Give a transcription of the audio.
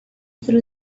through